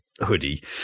hoodie